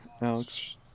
alex